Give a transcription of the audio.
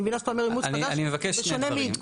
אני מבינה שאתה אומר אימוץ חדש זה שונה מעדכונים.